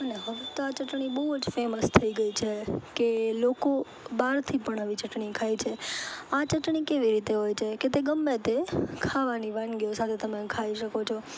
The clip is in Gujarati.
અને હવે તો આ ચટણી બહુ જ ફેમસ થઈ ગઈ છે કે લોકો બહારથી પણ આવી ચટણી ખાય છે આ ચટણી કેવી રીતે હોય છે કે ગમે તે ખાવાની વાનગીઓ સાથે તમે ખાઈ શકો છો